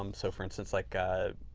um so, for instance, like